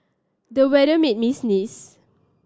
the weather made me sneeze